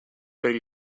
per